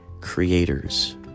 creators